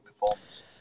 performance